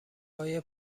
های